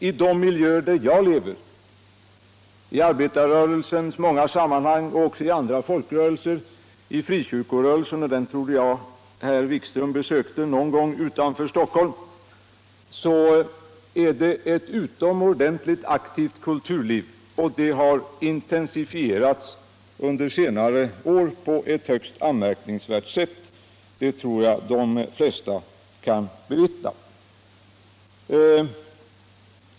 I de miljöer jag lever, i arbetarrörelsen, i andra folkrörelser och i frikyrkorörelsen — jag trodde att herr Wikström besökte den utanför Stockholm någon gång — bedrivs ett utomordentligt aktivt kulturliv. Det har intensifierats under senare år på ett högst anmärkningsvärt sätt. Det kan de flesta intyga.